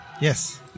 Yes